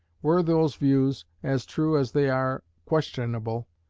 were those views as true as they are questionable,